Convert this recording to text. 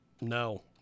no